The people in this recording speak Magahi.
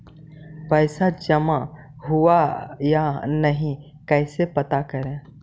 पैसा जमा हुआ या नही कैसे पता करे?